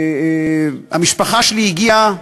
המשפחה שלי הגיעה,